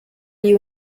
you